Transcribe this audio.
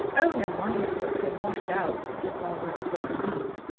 oh, no wonder you look so washed out, said barbara, as though relieved,